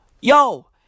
Yo